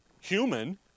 human